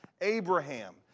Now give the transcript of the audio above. Abraham